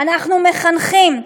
אנחנו מחנכים,